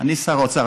אני שר האוצר,